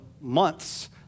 months